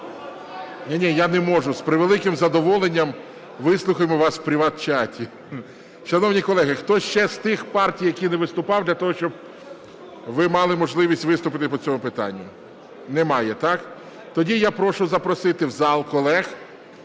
Ні, ні, я не можу. З превеликим задоволенням вислухаємо вас в приват-чаті. Шановні колеги, хто ще з тих партій, які не виступали, для того, щоб ви мали можливість виступити по цьому питанню? Немає, так? Тоді я прошу запросити в зал колег